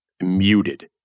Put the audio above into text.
muted